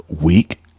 week